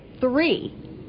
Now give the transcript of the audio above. three